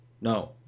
No